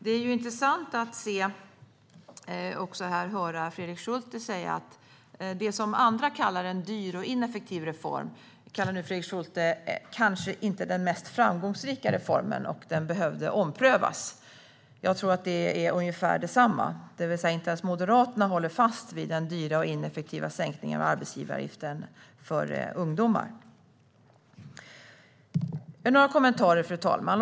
Det är intressant att höra Fredrik Schulte uttala sig om det som andra kallar en dyr och ineffektiv reform. Fredrik Schulte säger nu att det inte var den mest framgångsrika reformen och att den behövde omprövas. Jag tror att det är ungefär detsamma. Alltså håller inte ens Moderaterna fast vid den dyra och ineffektiva sänkningen av arbetsgivaravgiften för ungdomar. Jag har några kommentarer, fru talman.